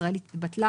הישראלית התבטלה